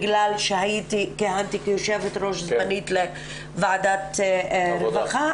בגלל שכיהנתי כיושבת ראש זמנית לוועדת הרווחה,